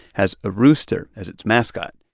has a rooster as its mascot